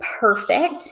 perfect